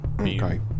Okay